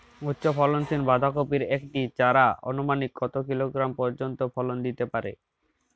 উচ্চ ফলনশীল বাঁধাকপির একটি চারা আনুমানিক কত কিলোগ্রাম পর্যন্ত ফলন দিতে পারে?